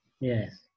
Yes